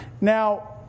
Now